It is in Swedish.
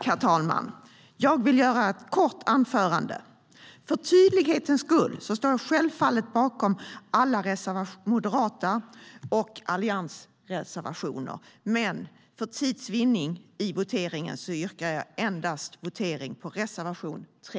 Herr talman! För tydlighetens skull står jag självfallet bakom alla reservationer från Moderaterna och Alliansen. Men för tids vinnande i voteringen yrkar jag bifall endast till reservation 3.